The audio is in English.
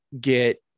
get